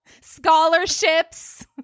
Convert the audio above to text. scholarships